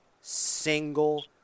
single